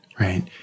right